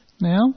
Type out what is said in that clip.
now